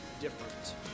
different